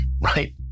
right